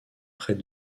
près